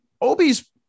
Obi's